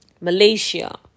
Malaysia